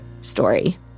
story